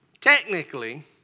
technically